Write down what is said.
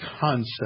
concept